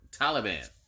Taliban